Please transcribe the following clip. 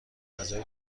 اعضای